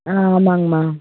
ஆ ஆமாங்கமா